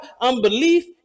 unbelief